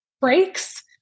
breaks